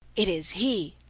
it is he!